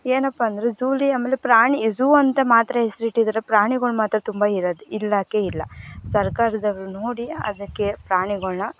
ಏನಪ್ಪಾ ಅಂದರೆ ಝೂಲಿ ಆಮೇಲೆ ಪ್ರಾಣಿ ಝೂ ಅಂತ ಮಾತ್ರ ಹೆಸ್ರು ಇಟ್ಟಿದಾರೆ ಪ್ರಾಣಿಗಳ್ ಮಾತ್ರ ತುಂಬ ಇರೋದು ಇಲ್ಲವೇ ಇಲ್ಲ ಸರ್ಕಾರದವ್ರು ನೋಡಿ ಅದಕ್ಕೆ ಪ್ರಾಣಿಗಳನ್ನು